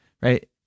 right